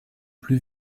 plus